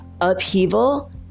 upheaval